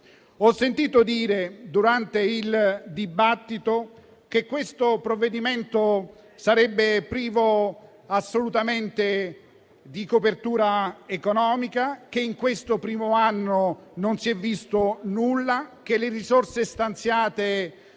Ho sentito dire durante il dibattito che questo provvedimento sarebbe assolutamente privo di copertura economica, che in questo primo anno non si è visto nulla e che le risorse stanziate